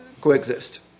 coexist